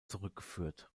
zurückgeführt